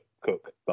cook